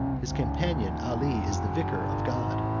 his companion ali is the vicar, of god.